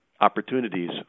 opportunities